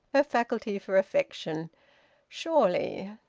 her faculty for affection surely.